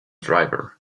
driver